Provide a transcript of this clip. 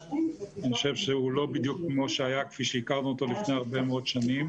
אני חושב שהוא לא בדיוק כמו שהיה כפי שהכרנו אותו לפני הרבה מאוד שנים,